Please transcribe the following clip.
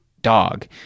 dog